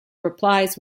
replies